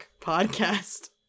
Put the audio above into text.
podcast